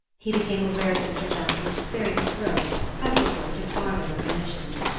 he became aware that mr. jackson was clearing his throat preparatory to farther revelations.